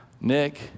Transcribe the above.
Nick